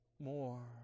more